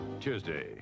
Tuesday